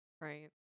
Right